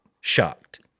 shocked